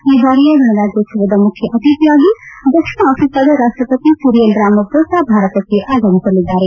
ಈ ಭಾರಿಯ ಗಣರಾಜ್ಯೋತ್ಸವದ ಮುಖ್ಯ ಅತಿಥಿಯಾಗಿ ದಕ್ಷಿಣ ಆಫ್ರಿಕಾದ ರಾಪ್ಟಪತಿ ಸಿರಿಯಲ್ ರಾಮಾಪೋಸಾ ಭಾರತಕ್ಕೆ ಆಗಮಿಸಲಿದ್ದಾರೆ